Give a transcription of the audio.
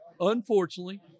Unfortunately